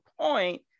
point